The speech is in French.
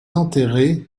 enterrée